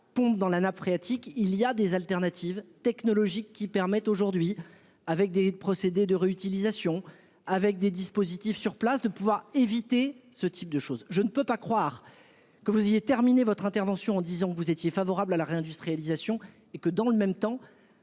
pompent dans la nappe phréatique. Il y a des alternatives technologiques qui permettent aujourd'hui avec des procédés de réutilisation avec des dispositifs sur place de pouvoir éviter ce type de choses, je ne peux pas croire. Que vous disiez terminez votre intervention en disant que vous étiez favorable à la réindustrialisation et que dans le même temps.